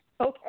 Okay